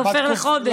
זה הופך לחודש.